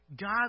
God